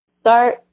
start